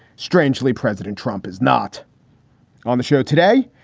strangely, president trump is not on the show today.